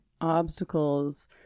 obstacles